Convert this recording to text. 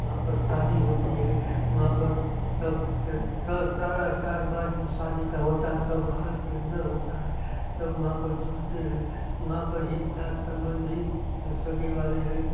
वहाँ पर शादी होती है वहाँ पर सब सारा कारोबार जो शादी का होता है सब हाल के अंदर होता है सब वहाँ पर जुटते हैं वहाँ पर हित नाथ संबंधी जो सगे वाले हैं